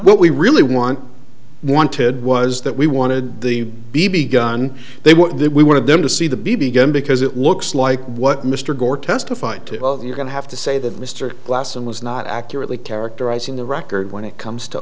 what we really want wanted was that we wanted the b b gun they want that we wanted them to see the b b gun because it looks like what mr gore testified to well you're going to have to say that mr glass and was not accurately characterizing the record when it comes to